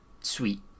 sweet